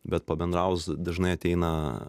bet pabendraus dažnai ateina